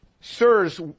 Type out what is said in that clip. Sirs